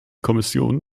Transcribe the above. kommission